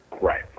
Right